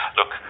Look